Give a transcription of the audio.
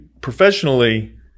professionally